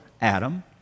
Adam